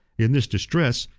in this distress,